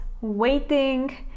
waiting